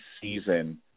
season